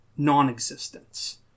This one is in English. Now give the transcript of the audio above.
non-existence